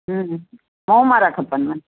हम्म हम्म मोम वारा खपनिव